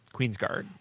Queensguard